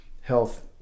health